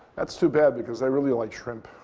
that's too bad because i really like shrimp.